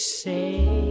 say